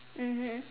mmhmm